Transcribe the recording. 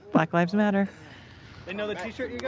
black lives matter you know the t-shirt yeah